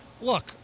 look